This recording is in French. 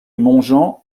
montjean